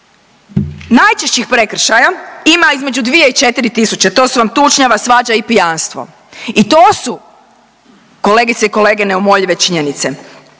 Najčešćih prekršaja ima između 2 i 4 tisuće, to su vam tučnjava, svađa i pijanstvo. I to su kolegice i kolege neumoljive činjenice.